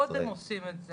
קודם עושים את זה,